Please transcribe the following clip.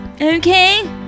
Okay